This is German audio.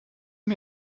mir